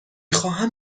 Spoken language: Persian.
خواهم